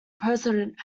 president